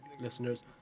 listeners